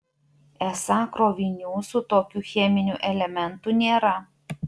esą krovinių su tokiu cheminiu elementu nėra